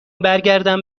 برگردم